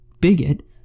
bigot